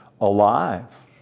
alive